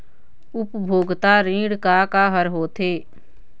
उपभोक्ता ऋण का का हर होथे?